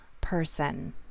person